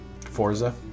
Forza